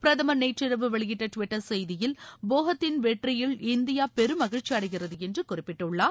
பிரதமர் நேற்றிரவு வெளியிட்ட டுவிட்டர் செய்தியில் போகத்தின் வெற்றியில் இந்தியா பெருமகிழ்ச்சியடைகிறது என்று குறிப்பிட்டுள்ளார்